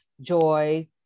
joy